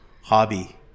hobby